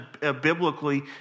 biblically